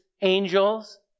angels